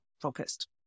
focused